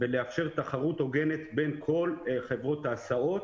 ולאפשר תחרות הוגנת בין כל חברות ההסעות,